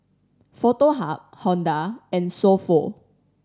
Foto Hub Honda and So Pho